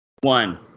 one